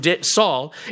Saul